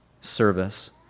service